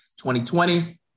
2020